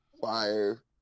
fire